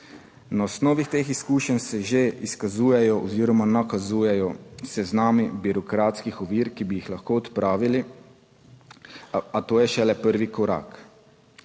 Na osnovi teh izkušenj se že izkazujejo oziroma nakazujejo seznami birokratskih ovir, ki bi jih lahko odpravili, a to je šele prvi korak.